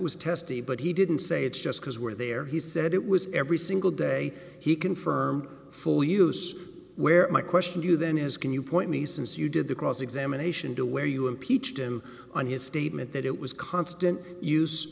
was testy but he didn't say it's just because we're there he said it was every single day he confirmed full use where my question to you then is can you point me since you did the cross examination to where you impeach him on his statement that it was constant use